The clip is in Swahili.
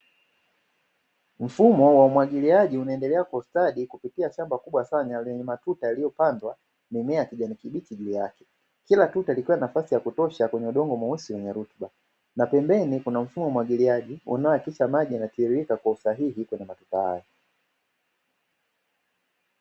Mfumo wa umwagiliaji unaendelea kwa ustadi kupitia kwenye shamba kubwa sana lenye matuta yaliyopandwa mimea ya kijani kibichi juu yake. Kila tuta likiwa na nafasi yake kwenye udongo mweusi wenye rutuba na pembeni kuna mfumo wa umwagiliaji unaohakilisha maji yanatirika kwa usahihi kwenye matuta haya.